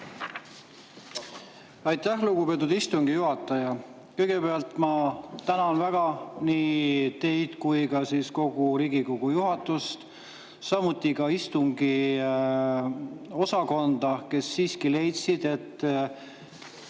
Aitäh, lugupeetud istungi juhataja! Kõigepealt ma tänan väga nii teid kui ka kogu Riigikogu juhatust, samuti istungiosakonda, kes siiski leidsid, et